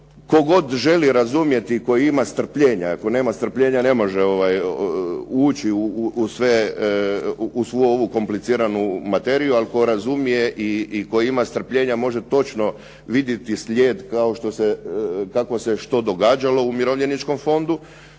god želi razumjeti i tko ima strpljenja, ako nema strpljenja ne može ući u svu ovu kompliciranu materiju, ali tko razumije i tko ima strpljenja može točno vidjeti slijed kako se što događalo u umirovljeničkom fondu,